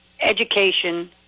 education